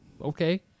okay